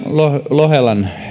lohelan